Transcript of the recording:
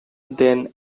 then